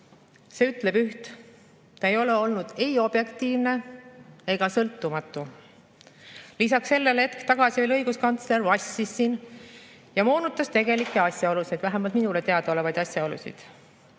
See ütleb üht: ta ei ole olnud ei objektiivne ega sõltumatu. Lisaks sellele, hetk tagasi õiguskantsler vassis siin ja moonutas tegelikke asjaolusid, vähemalt minule teadaolevaid asjaolusid.